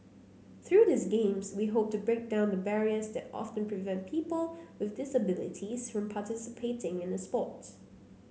through these Games we hope to break down the barriers that often prevent people with disabilities from participating in the sport